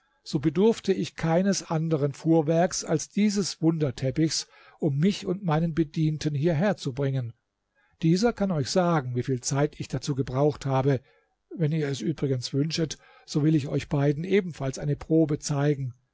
so bedurfte ich keines anderen fuhrwerks als dieses wunderteppichs um mich und meinen bedienten hierher zu bringen dieser kann euch sagen wieviel zeit ich dazu gebraucht habe wenn ihr es übrigens wünschet so will ich euch beiden ebenfalls eine probe zeigen